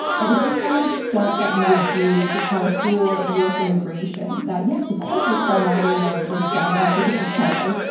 and it's the kind of stunt that you would do to try to fool u. s. immigration. that, yes of course i fell madly in love with this giant inflatable cello.